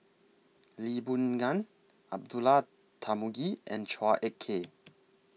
Lee Boon Ngan Abdullah Tarmugi and Chua Ek Kay